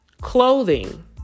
clothing